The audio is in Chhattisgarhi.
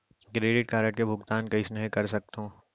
क्रेडिट कारड के भुगतान कईसने कर सकथो?